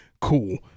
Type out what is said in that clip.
cool